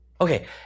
Okay